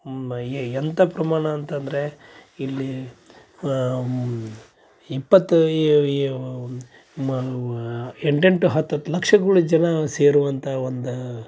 A ಎಂಥ ಪ್ರಮಾಣ ಅಂತಂದರೆ ಇಲ್ಲಿ ಇಪ್ಪತ್ತು ಎ ಎ ಮ ಎಂಟೆಂಟು ಹತ್ತತ್ತು ಲಕ್ಷಗಳ ಜನ ಸೇರುವಂಥ ಒಂದು